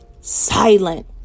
silent